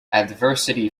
adversity